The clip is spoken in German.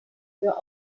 für